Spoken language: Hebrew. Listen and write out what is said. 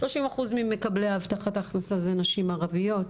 30% ממקבלי הבטחת הכנסה הן נשים ערביות.